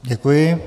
Děkuji.